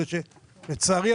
שלצערי,